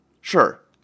sure